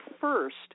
first